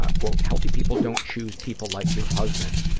ah quote, healthy people don't choose people like your husband,